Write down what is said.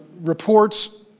reports